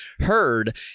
heard